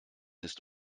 ist